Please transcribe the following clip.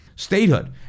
statehood